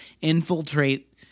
infiltrate